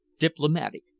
diplomatic